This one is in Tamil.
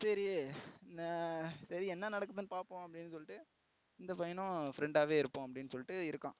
சரி சரி என்ன நடக்குதுன்னு பார்ப்போம் அப்படின்னு சொல்லிட்டு இந்த பையனும் ஃபிரெண்டாகவே இருப்போம் அப்படின்னு சொல்லிட்டு இருக்கான்